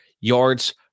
yards